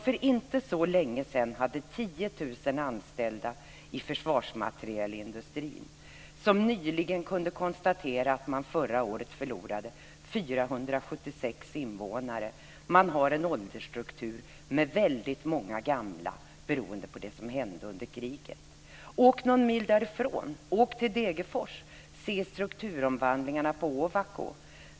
För inte så länge sedan fanns 10 000 anställda i försvarsmaterielindustrin. Nyligen gick det att konstatera att kommunen förra året förlorade 476 invånare. Kommunen har en åldersstruktur med väldigt många gamla - beroende på det som hände under kriget. Åk någon mil därifrån till Degerfors och se strukturomvandlingarna på Ovako.